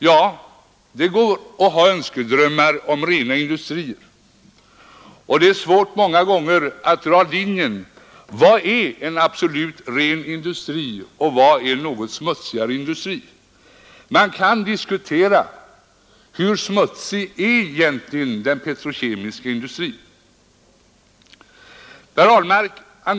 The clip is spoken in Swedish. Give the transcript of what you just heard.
Ja, det går att ha önskedrömmar om rena industrier, men många gånger är det svårt att dra en skiljelinje mellan vad som är en absolut ren industri och vad som är en något smutsigare. Man kan diskutera hur smutsig den petrokemiska industrin egentligen är.